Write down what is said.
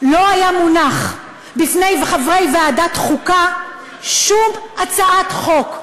לא הייתה מונחת בפני חברי ועדת החוקה שום הצעת חוק.